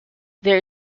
there